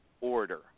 order